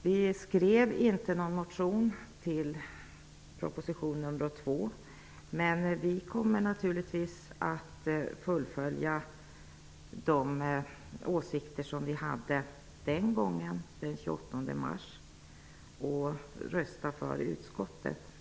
Vi väckte inte någon motion till den andra propositionen, men vi kommer naturligtvis att stå fast vid de åsikter som vi hade den 28 mars och rösta för utskottets förslag.